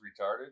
retarded